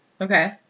Okay